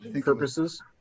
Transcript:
purposes